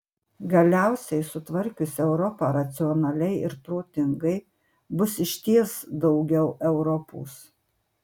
galiausiai sutvarkius europą racionaliai ir protingai bus išties daugiau europos